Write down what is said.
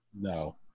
No